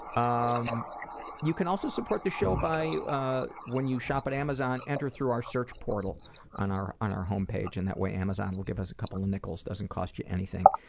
um you can also support the show by ah when you shop at amazon, enter through our search portal on our on our homepage and that way amazon will give us a couple of nickels, doesn't cost you anything.